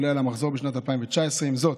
עולה על המחזור בשנת 2019. עם זאת,